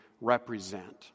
represent